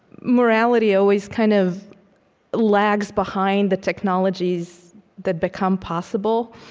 morality always kind of lags behind the technologies that become possible.